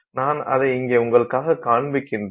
நான் அதை இங்கே உங்களுக்குக் காண்பிக்கிறேன்